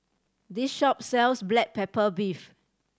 this shop sells black pepper beef